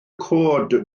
coed